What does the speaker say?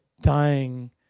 dying